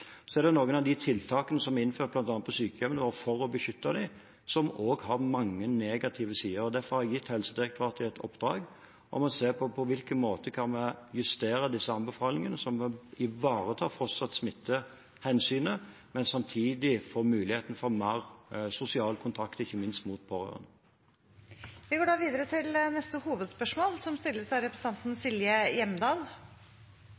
for å beskytte dem, som også har mange negative sider. Derfor har jeg gitt Helsedirektoratet i oppdrag å se på på hvilken måte vi kan justere disse anbefalingene, sånn at vi fortsatt ivaretar smittehensynet, men samtidig får muligheten for mer sosial kontakt, ikke minst med pårørende. Vi går videre til neste hovedspørsmål.